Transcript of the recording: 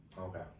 okay